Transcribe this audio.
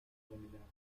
nominados